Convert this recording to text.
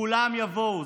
כולם יבואו.